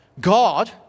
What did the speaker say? God